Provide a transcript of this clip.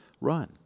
run